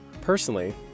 Personally